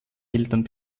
eltern